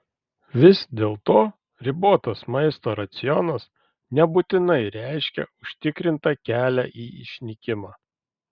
vis dėlto ribotas maisto racionas nebūtinai reiškia užtikrintą kelią į išnykimą